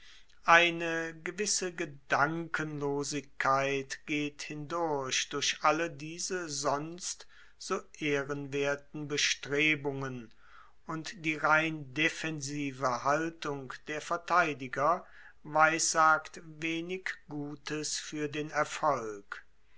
eine gewisse gedankenlosigkeit geht hindurch durch all diese sonst so ehrenwerten bestrebungen und die rein defensive haltung der verteidiger weissagt wenig gutes fuer den erfolg